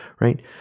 right